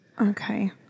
Okay